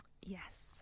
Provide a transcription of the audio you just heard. Yes